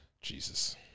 Jesus